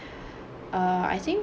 err I think